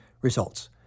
Results